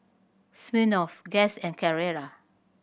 Smirnoff Guess and Carrera